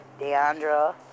Deandra